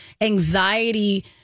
anxiety